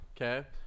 okay